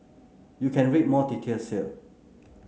you can read more details here